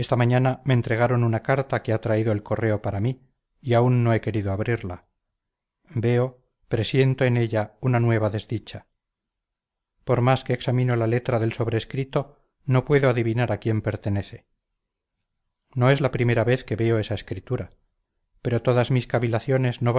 mañana me entregaron una carta que ha traído el correo para mí y aún no he querido abrirla veo presiento en ella una nueva desdicha por más que examino la letra del sobrescrito no puedo adivinar a quién pertenece no es la primera vez que veo esa escritura pero todas mis cavilaciones no